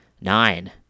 Nine